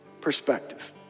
perspective